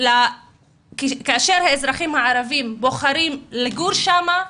כאשר האזרחים הערבים בוחרים לגור שם,